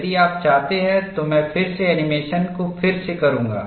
यदि आप चाहते हैं तो मैं फिर से एनीमेशन को फिर से करूँगा